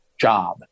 job